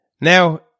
now